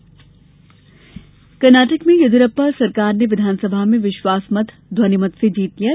कर्नाटक विश्वासमत कर्नाटक में येदियुरप्पा सरकार ने विधानसभा में विश्वासमत ध्वनिमत से जीत लिया है